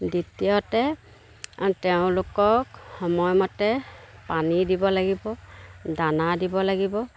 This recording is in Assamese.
দ্বিতীয়তে তেওঁলোকক সময়মতে পানী দিব লাগিব দানা দিব লাগিব